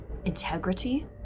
integrity